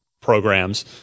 programs